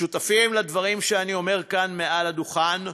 שותפים לדברים שאני אומר כאן מעל הדוכן,